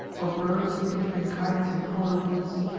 or birds of diff'ring kinds in hollow woods.